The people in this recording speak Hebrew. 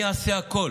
אני אעשה הכול,